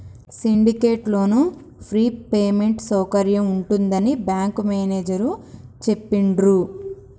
syndicate loan free payment సౌకర్యం ఉంటుందని bank manager చెప్పిండ్రు